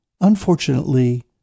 unfortunately